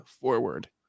forward